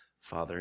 Father